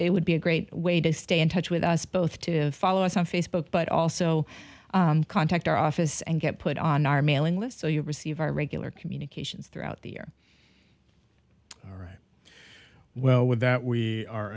it would be a great way to stay in touch with us both to follow us on facebook but also contact our office and get put on our mailing list so you receive our regular communications throughout the year all right well with that we are